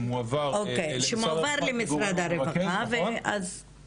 שמועבר למשרד הרווחה כגורם המרכז.